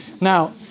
Now